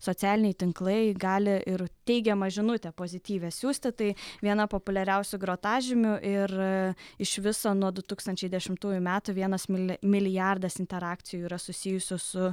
socialiniai tinklai gali ir teigiamą žinutę pozityvią siųsti tai viena populiariausių grotažymių ir iš viso nuo du tūkstančiai dešimtųjų metų vienas mili milijardas interakcijų yra susijusių su